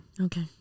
Okay